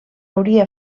hauria